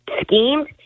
schemed